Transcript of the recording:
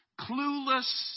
clueless